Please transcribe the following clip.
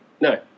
No